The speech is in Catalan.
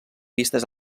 vistes